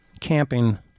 camping